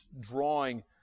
drawing